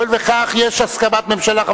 הואיל וכך, יש הסכמת הממשלה.